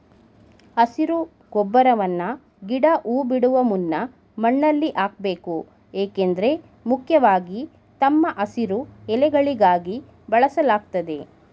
ಹಸಿರು ಗೊಬ್ಬರವನ್ನ ಗಿಡ ಹೂ ಬಿಡುವ ಮುನ್ನ ಮಣ್ಣಲ್ಲಿ ಹಾಕ್ಬೇಕು ಏಕೆಂದ್ರೆ ಮುಖ್ಯವಾಗಿ ತಮ್ಮ ಹಸಿರು ಎಲೆಗಳಿಗಾಗಿ ಬೆಳೆಸಲಾಗ್ತದೆ